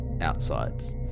outsides